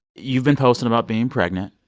you've been posting about being pregnant.